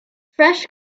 fresh